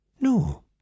no